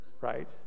right